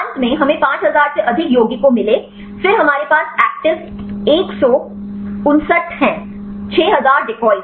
अंत में हमें 5000 से अधिक यौगिकों मिले फिर हमारे पास एक्टिविज़ 159 हैं 6000 डिकॉय